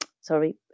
sorry